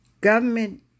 Government